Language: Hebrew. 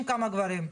אנשים מקבלים תשובות.